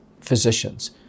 physicians